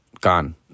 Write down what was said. gone